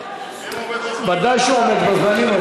הוא עומד בזמנים, ודאי שהוא עומד בזמנים.